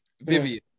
Vivian